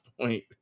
point